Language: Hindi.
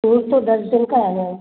टूर तो दस दिन का है मैम